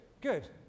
good